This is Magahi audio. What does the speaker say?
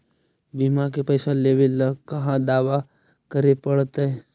बिमा के पैसा लेबे ल कहा दावा करे पड़तै?